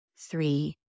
three